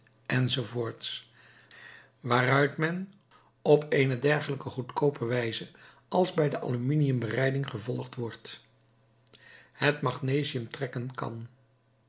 enz waaruit men op eene dergelijke goedkoope wijze als bij de aluminium bereiding gevolgd wordt het magnesium trekken kan